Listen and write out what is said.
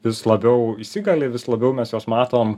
vis labiau įsigali vis labiau mes juos matom